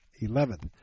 eleventh